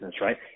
right